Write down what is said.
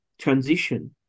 transition